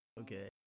Okay